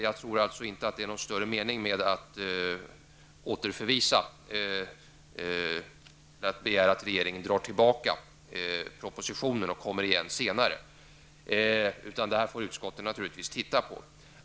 Jag tror inte att det är någon större mening med att begära att regeringen drar tillbaka propositionen och kommer igen senare, utan utskottet får naturligtvis titta på frågan.